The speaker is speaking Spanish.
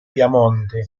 piamonte